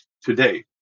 today